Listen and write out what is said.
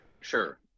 sure